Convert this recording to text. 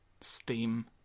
Steam